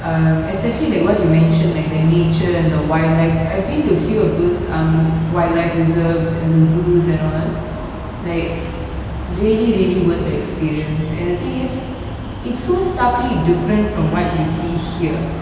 um especially like what you mentioned like the nature and the wildlife I've been to few of those um wildlife reserves and the zoos and all like really really worth the experience and the thing is it's so starkly different from what you see here